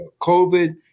COVID